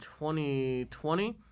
2020